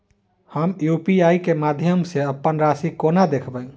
हम यु.पी.आई केँ माध्यम सँ अप्पन राशि कोना देखबै?